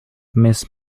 miss